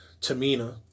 Tamina